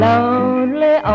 Lonely